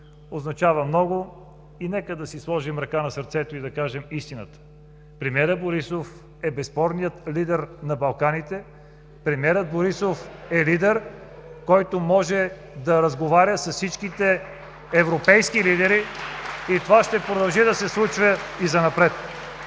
означава много. Нека да си сложим ръка на сърцето и да кажем истината – премиерът Борисов е безспорният лидер на Балканите, премиерът Борисов е лидер, който може да разговаря с всичките европейски лидери (ръкопляскания от ГЕРБ и ОП) и това ще продължи да се случва и занапред.